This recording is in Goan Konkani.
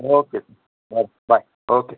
ओके बरें बाय ओके